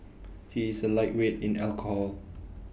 he is A lightweight in alcohol